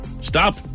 Stop